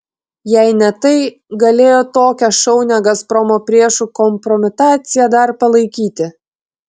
jei ne tai galėjo tokią šaunią gazpromo priešų kompromitaciją dar palaikyti